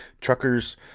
truckers